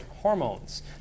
hormones